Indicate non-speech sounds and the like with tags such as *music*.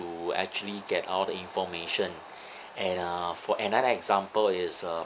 to actually get all the information *breath* and uh for another example is uh